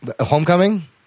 Homecoming